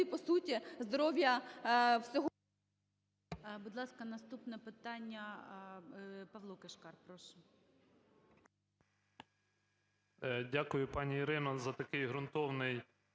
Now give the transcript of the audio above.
по суті, здоров'я всього…